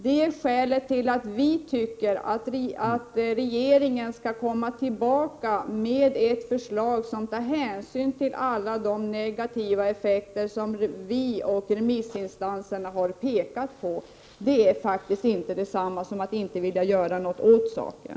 Det är därför som vi tycker att regeringen skall komm tillbaka med ett förslag där hänsyn tas till alla de negativa effekter som vi oc remissinstanserna har pekat på. Det är faktiskt inte detsamma som att | vilja göra något åt saken.